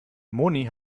moni